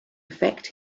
affect